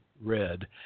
red